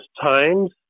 times